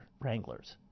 Wrangler's